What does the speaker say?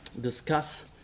discuss